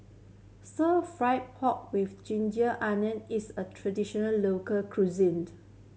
fried pork with ginger onion is a traditional local cuisined